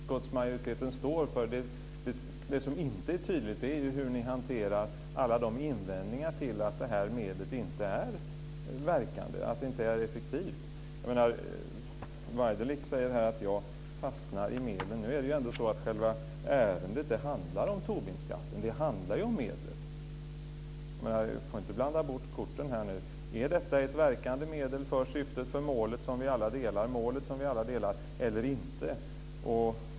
Fru talman! Vad utskottsmajoriteten står för, ja. Men det som inte är tydligt är ju hur ni hanterar alla invändningar mot att det här medlet inte är effektivt. Waidelich säger att jag fastnar i medlet. Nu är det ändå så att själva ärendet handlar om Tobinskatten. Det handlar om medlet. Man får inte blanda bort korten. Är detta ett verkande medel för målet som vi alla delar eller inte?